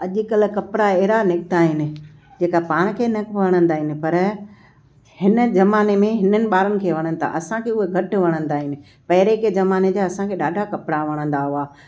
अॼुकल्ह कपिड़ा अहिड़ा निकिता आहिनि जेका पाण खे न वणंदा आहिनि पर हिन जमाने में हिननि ॿारनि खे वणनि था असांखे उहे घटि वणंदा आहिनि पहिरियों के ज़माने जा असांखे ॾाढा कपिड़ा वणंदा हुआ